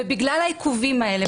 ובגלל העיכובים האלה,